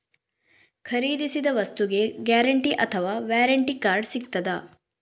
ಖರೀದಿಸಿದ ವಸ್ತುಗೆ ಗ್ಯಾರಂಟಿ ಅಥವಾ ವ್ಯಾರಂಟಿ ಕಾರ್ಡ್ ಸಿಕ್ತಾದ?